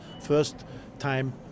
first-time